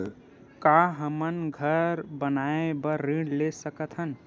का हमन घर बनाए बार ऋण ले सकत हन?